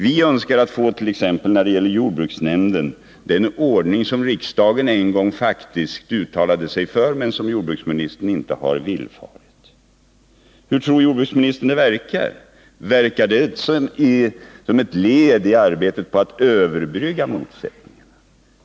Man önskar — och vi önskar — t.ex. när det gäller jordbruksnämnden få till stånd den ordning som riksdagen en gång faktiskt uttalade sig för men som jordbruksministern inte har infört. Tror jordbruksministern att det verkar som ett led i arbetet på att överbrygga motsättningar?